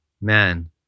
man